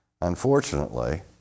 unfortunately